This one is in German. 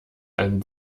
ein